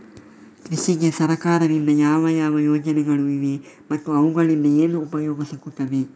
ಕೃಷಿಗೆ ಸರಕಾರದಿಂದ ಯಾವ ಯಾವ ಯೋಜನೆಗಳು ಇವೆ ಮತ್ತು ಅವುಗಳಿಂದ ಏನು ಉಪಯೋಗ ಸಿಗುತ್ತದೆ?